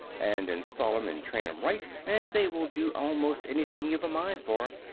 and install em and train em right, and they will do almost anything you've a mind for.